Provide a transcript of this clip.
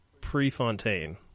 Prefontaine